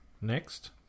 Next